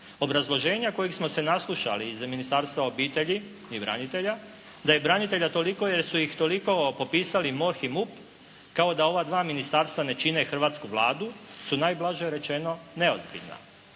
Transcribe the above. Obrazloženja kojih smo se naslušali iz Ministarstva obitelji i branitelja, da je branitelja toliko jer su ih toliko popisali MORH i MUP kao da ova dva ministarstva ne čine hrvatsku Vladu su najblaže rečeno neozbiljna.